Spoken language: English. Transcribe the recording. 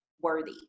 worthy